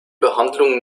behandlung